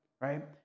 right